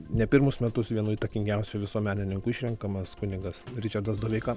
ne pirmus metus vienu įtakingiausių visuomenininkų išrenkamas kunigas ričardas doveika